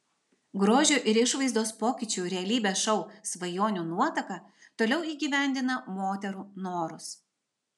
grožio ir išvaizdos pokyčių realybės šou svajonių nuotaka toliau įgyvendina moterų norus